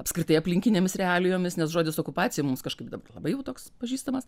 apskritai aplinkinėmis realijomis nes žodis okupacija mums kažkaip dabar labai jau toks pažįstamas